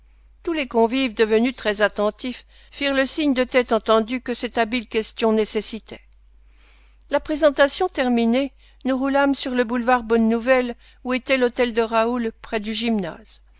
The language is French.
tous les convives devenus très attentifs firent le signe de tête entendu que cette habile question nécessitait la présentation terminée nous roulâmes sur le boulevard bonne-nouvelle où était l'hôtel de raoul